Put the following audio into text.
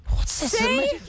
See